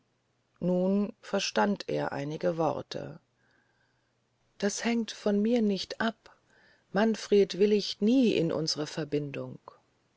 nun verstand er einige worte das hängt von mir nicht ab manfred willigt nie in unsre verbindung